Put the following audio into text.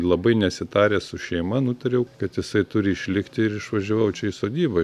labai nesitaręs su šeima nutariau kad jisai turi išlikti ir išvažiavau čia į sodybą